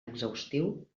exhaustiu